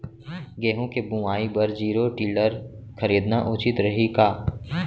गेहूँ के बुवाई बर जीरो टिलर खरीदना उचित रही का?